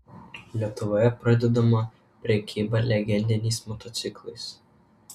lietuvoje pradedama prekyba legendiniais motociklais